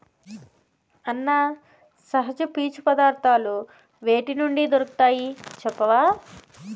అన్నా, సహజ పీచు పదార్థాలు వేటి నుండి దొరుకుతాయి చెప్పవా